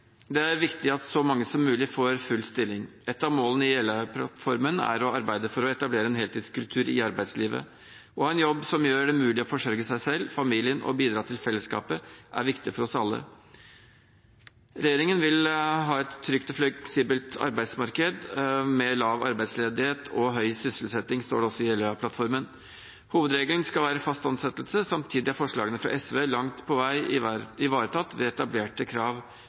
Det er viktig at så mange som mulig får full stilling. Et av målene i Jeløya-plattformen er å arbeide for å etablere en heltidskultur i arbeidslivet. Å ha en jobb som gjør det mulig å forsørge seg selv, familien og bidra til fellesskapet, er viktig for oss alle. «Regjeringens mål er et trygt og fleksibelt arbeidsmarked med lav arbeidsledighet og høy sysselsetting» står det også i Jeløya-plattformen. Hovedregelen skal være fast ansettelse. Samtidig er forslagene fra SV langt på vei ivaretatt ved etablerte krav.